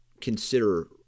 consider